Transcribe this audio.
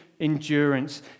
endurance